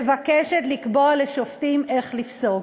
מבקשת לקבוע לשופטים איך לפסוק.